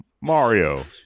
Mario